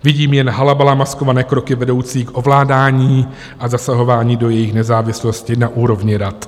Vidím jen halabala maskované kroky vedoucí k ovládání a zasahování do jejich nezávislosti na úrovni rad.